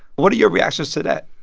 what are your reactions to that?